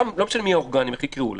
לא משנה מי האורגנים ואיך יקראו להם.